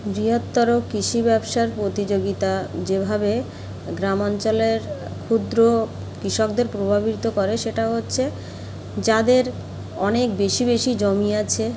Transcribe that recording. বৃহত্তর কৃষি ব্যাবসার প্রতিযোগিতা যেভাবে গ্রামাঞ্চলের ক্ষুদ্র কৃষকদের প্রভাবিত করে সেটা হচ্ছে যাদের অনেক বেশি বেশি জমি আছে